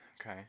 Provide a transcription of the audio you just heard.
Okay